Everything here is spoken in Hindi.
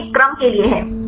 वह एक क्रम के लिए है